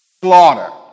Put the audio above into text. slaughter